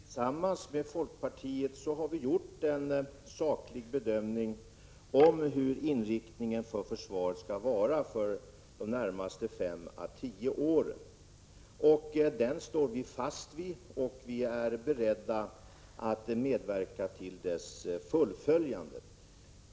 Herr talman! Tillsammans med folkpartiet har vi gjort en saklig bedömning av hur inriktningen av försvaret skall vara de närmaste fem å tio åren. Vi står fast vid den inriktningen, och vi är beredda att medverka till dess fullföljande.